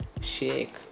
shake